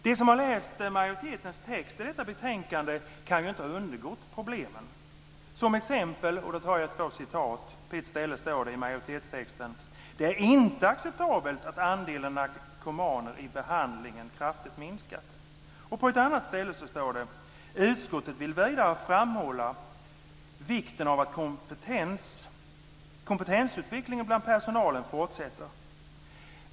De som har läst majoritetens text i detta betänkande kan ju inte ha undgått problemen. Jag kan nämna två citat som exempel. På ett ställe i majoritetstexten står det att det inte är acceptabelt "att andelen narkomaner i behandling kraftigt minskat." På ett annat ställe står det så här: "Utskottet vill vidare framhålla vikten av att kompetensutvecklingen bland personalen fortsätter."